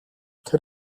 тэр